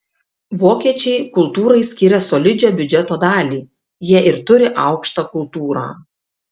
vokiečiai kultūrai skiria solidžią biudžeto dalį jie ir turi aukštą kultūrą